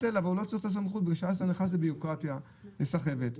מפני שאחרת אנחנו נכנסים לבירוקרטיה, לסחבת.